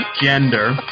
gender